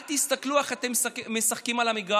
אל תסתכלו איך אתם משחקים על המגרש,